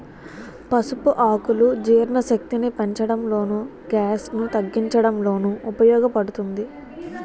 పసుపు ఆకులు జీర్ణశక్తిని పెంచడంలోను, గ్యాస్ ను తగ్గించడంలోనూ ఉపయోగ పడుతుంది